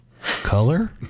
color